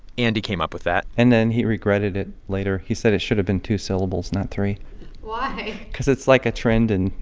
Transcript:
andy came up with that and then he regretted it later. he said it should've been two syllables, not three why? cause it's like a trend in,